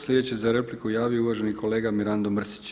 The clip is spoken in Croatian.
Sljedeći se za repliku javio uvaženi kolega Mirando Mrsić.